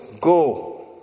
go